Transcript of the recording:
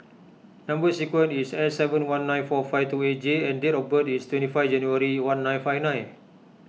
Number Sequence is S seven one nine four five two eight J and date of birth is twenty five January one nine five nine